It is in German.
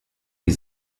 die